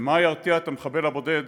מה ירתיע את המחבל הבודד,